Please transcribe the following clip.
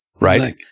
Right